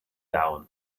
down